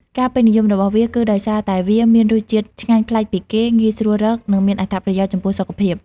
ការពេញនិយមរបស់វាគឺដោយសារតែវាមានរសជាតិឆ្ងាញ់ប្លែកពីគេ ងាយស្រួលរក និងមានអត្ថប្រយោជន៍ចំពោះសុខភាព។